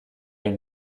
une